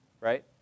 right